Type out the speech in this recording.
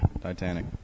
Titanic